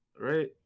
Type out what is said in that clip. Right